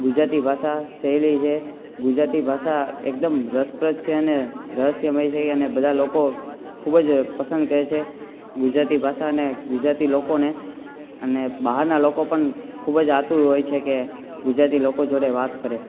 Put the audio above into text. ગુજરાતી ભાષા સહેલી છે ગુજરાતી ભાષા એકદમ રસપ્રદ છે અને રહસ્યમય છે અને બધા લોકો ખૂબ જ પસંદ કરે છે ગુજરાતી ભાષાને ગુજરાતી લોકોને અને બહારના લોકો પણ ખૂબ જ આતુર હોય છે કે ગુજરાતી લોકો જોડે વાત કરે